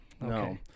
No